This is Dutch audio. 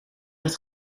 dat